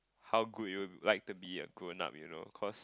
how good you like to be a grown up you know cause